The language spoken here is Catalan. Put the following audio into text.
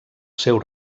seu